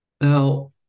Now